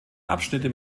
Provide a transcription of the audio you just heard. abschnitte